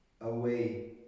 away